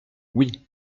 oui